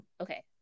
okay